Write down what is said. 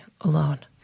alone